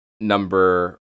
number